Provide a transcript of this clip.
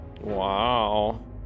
Wow